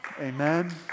Amen